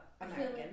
American